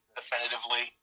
definitively